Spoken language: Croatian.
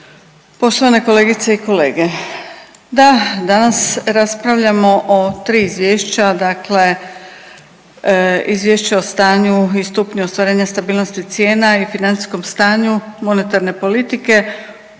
poštovane kolegice i kolege. Da, danas raspravljamo o tri izvješća dakle Izvješće o stanju i stupnju ostvarenja stabilnosti cijena i financijskom stanju monetarne politike